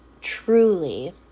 truly